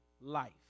life